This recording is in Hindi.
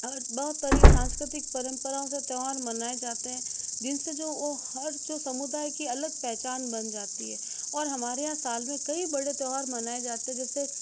और बहुत तरह के सांस्कृतिक परंपराओं से त्यौहार मनाएं जाते हैं जिन से जो वो हर जो समुदाय की अलग पहचान बन जाती है और हमारे साल में कई बड़े त्यौहार मनाए जाते जैसे